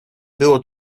było